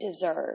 deserve